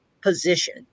position